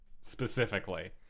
specifically